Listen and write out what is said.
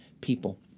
people